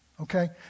okay